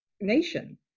nation